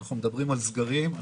אנחנו מדברים על סגרים,